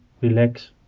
relax